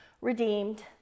redeemed